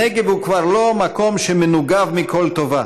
הנגב הוא כבר לא מקום שמנוגב מכל טובה.